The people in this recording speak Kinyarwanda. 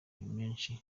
menshi